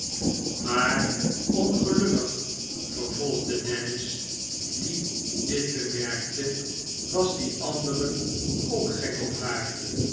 maar ongelukkig vervolgde dennis die dit bemerkte a was die andere ook gek op haar